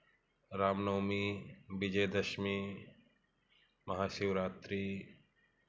Ramnavami Vijayadashami Mahashivratri